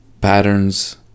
patterns